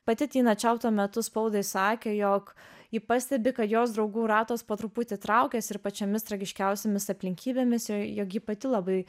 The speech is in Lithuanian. pati tina čiau tuo metu spaudai sakė jog ji pastebi kad jos draugų ratas po truputį traukiasi ir pačiomis tragiškiausiomis aplinkybėmis jog ji pati labai